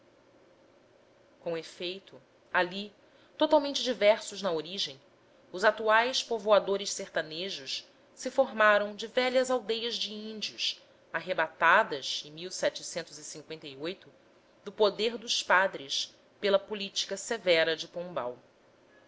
com efeito ali totalmente diversos na origem os atuais povoados sertanejos se formaram de velhas aldeias de índios arrebatadas em do poder dos padres pela política severa de pombal